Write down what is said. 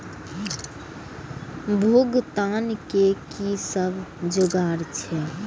भुगतान के कि सब जुगार छे?